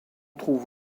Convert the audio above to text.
trouve